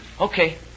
Okay